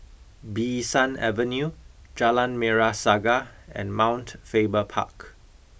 Bee San Avenue Jalan Merah Saga and Mount Faber Park